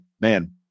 man